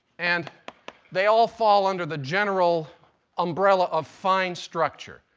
and they all fall under the general umbrella of fine structure.